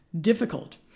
difficult